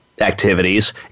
activities